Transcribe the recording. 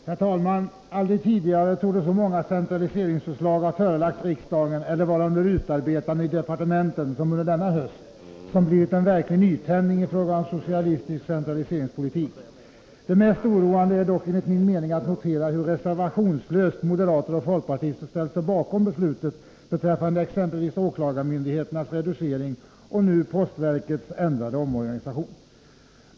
Herr talman! Aldrig tidigare torde så många centraliseringsförslag ha förelagts riksdagen eller vara under utarbetande i departementen som under denna höst, när det blivit en verklig nytändning i fråga om socialistisk centraliseringspolitik. Det mest oroande är dock enligt min mening att notera hur reservationslöst moderater och folkpartister ställt sig bakom beslutet beträffande exempelvis åklagarmyndigheternas reducering och nu postverkets ändrade organisation.